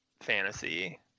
fantasy